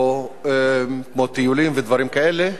כמו טיולים ודברים כאלה,